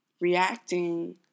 reacting